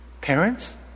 Parents